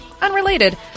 unrelated